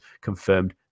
confirmed